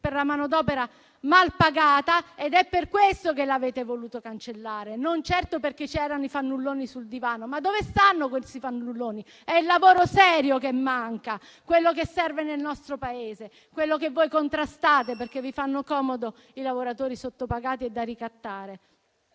per la manodopera mal pagata. È per questo che l'avete voluto cancellare, e non certo perché c'erano i fannulloni sul divano. Ma dove stanno questi fannulloni? È il lavoro serio che manca ed è quello che serve nel nostro Paese, quello che voi contrastate perché vi fanno comodo i lavoratori sottopagati e da ricattare.